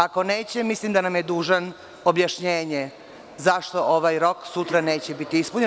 Ako neće, mislim da nam je dužan objašnjenje zašto ovaj rok sutra neće biti ispunjen.